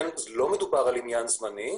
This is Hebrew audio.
ומכיוון שלא מדובר כאן על עניין זמני,